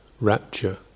rapture